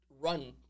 Run